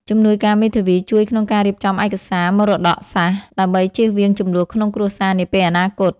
ជំនួយការមេធាវីជួយក្នុងការរៀបចំឯកសារមរតកសាសន៍ ដើម្បីចៀសវាងជម្លោះក្នុងគ្រួសារនាពេលអនាគត។